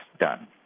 done